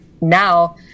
now